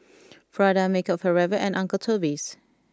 Prada Makeup Forever and Uncle Toby's